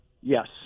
yes